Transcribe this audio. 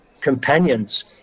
companions